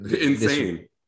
insane